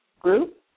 Group